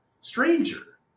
stranger